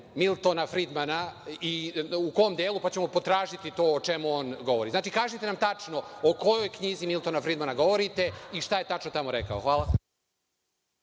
Miltona Fridmana, i u kom delu, pa ćemo potražiti to o čemu on govori. Znači, kažite nam tačno o kojoj knjizi Miltona Fridmana govorite i šta je tačno tamo rekao. Hvala.